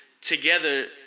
together